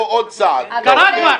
קרה כבר.